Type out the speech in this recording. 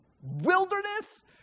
wilderness